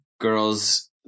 girls